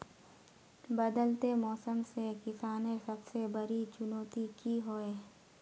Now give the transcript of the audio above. बदलते मौसम से किसानेर सबसे बड़ी चुनौती की होय?